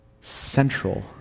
central